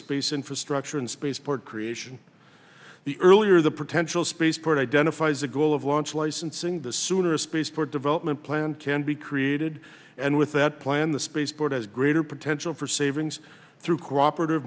space infrastructure in space port creation the earlier the potential spaceport identifies a goal of launch licensing the sooner a space for development plan can be created and with that plan the spaceport has greater potential for savings through cooperative